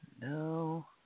No